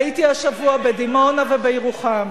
הייתי השבוע בדימונה ובירוחם